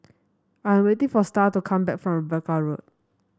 I am waiting for Starr to come back from Rebecca Road